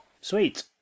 sweet